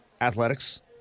athletics